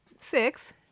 Six